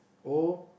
O